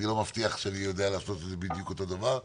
אני לא מבטיח שאני יודע לעשות את זה בדיוק אותו דבר.